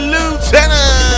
Lieutenant